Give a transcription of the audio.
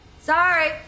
Sorry